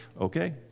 okay